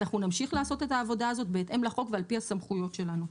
אנחנו נמשיך לעשות את העבודה הזאת בהתאם לחוק ועל פי הסמכויות שלנו.